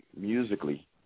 musically